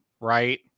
Right